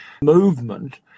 movement